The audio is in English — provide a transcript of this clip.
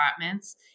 departments